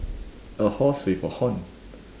a horse with a horn